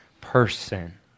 person